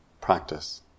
practice